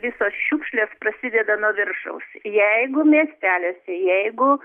visos šiukšlės prasideda nuo viršaus jeigu miesteliuose jeigu